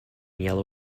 yellow